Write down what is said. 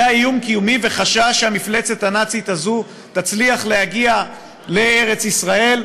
היה איום קיומי וחשש שהמפלצת הנאצית הזאת תצליח להגיע לארץ ישראל,